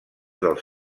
dels